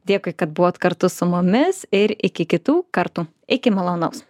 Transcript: dėkui kad buvot kartu su mumis ir iki kitų kartų iki malonaus